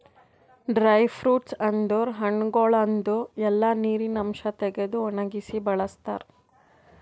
dry fruits ಅಂದುರ್ ಹಣ್ಣಗೊಳ್ದಾಂದು ಎಲ್ಲಾ ನೀರಿನ ಅಂಶ ತೆಗೆದು ಒಣಗಿಸಿ ಬಳ್ಸತಾರ್